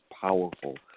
powerful